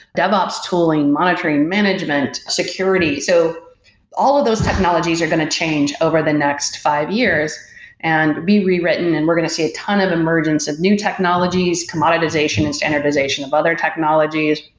dev ops tooling, monitoring, management, securities. so all of those technologies are going to change over the next five years and be rewritten and we're going to see a ton of emergence of new technologies, commoditization and standardization of other technologies.